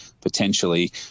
potentially